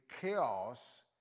chaos